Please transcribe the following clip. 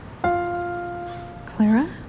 Clara